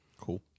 Cool